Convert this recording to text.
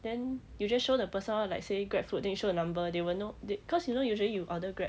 then you just show the person lor like say grab food then you show a number they will know they cause you know usually you order grab